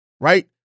Right